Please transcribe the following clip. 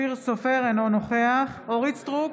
אינו נוכח אורית מלכה סטרוק,